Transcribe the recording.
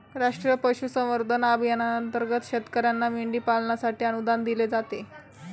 राष्ट्रीय पशुसंवर्धन अभियानांतर्गत शेतकर्यांना मेंढी पालनासाठी अनुदान दिले जाते